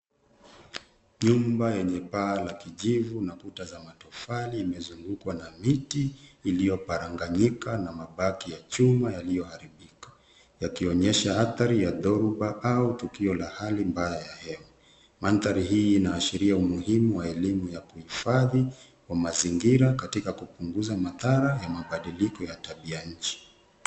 Nyumba yenye paa la kijivu na kuta za matofali imezungukwa na miti iliyoparanganyika na mabaki ya chuma yaliyoharibika yakionyesha athari ya dhoruba au tukio la Hali mbaya. Mandhari hii inaashiria muhimu wa elimu ya kuhifadhi wa mazingira katika kupunguza madhara ya mabadiliko ya tabia nchi.